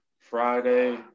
Friday